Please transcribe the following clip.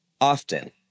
often